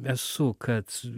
esu kad